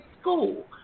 school